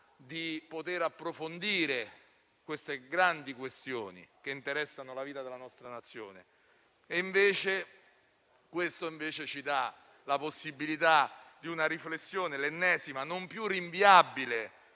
di essere approfondite tutte queste grandi questioni, che interessano la vita della nostra Nazione. Tutto ciò, invece, ci dà la possibilità di una riflessione, l'ennesima, non più rinviabile,